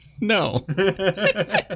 No